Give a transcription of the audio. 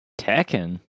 Tekken